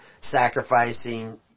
sacrificing